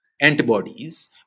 antibodies